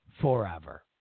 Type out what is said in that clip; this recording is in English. forever